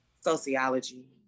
Sociology